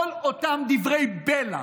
כל אותם דברי בלע,